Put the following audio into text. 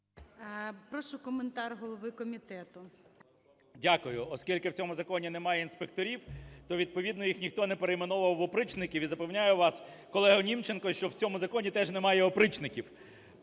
ласка, коментар голови комітету.